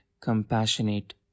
compassionate